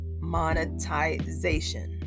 monetization